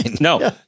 No